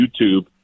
YouTube